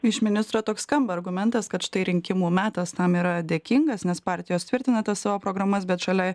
iš ministro toks skamba argumentas kad štai rinkimų metas tam yra dėkingas nes partijos tvirtina tas savo programas bet šalia